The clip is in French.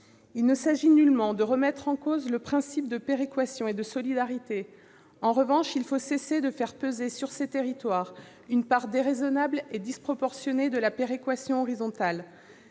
Il ne s'agit nullement de remettre en cause le principe de péréquation et de solidarité. En revanche, il faut cesser de faire peser sur ces territoires une part déraisonnable et disproportionnée de péréquation horizontale.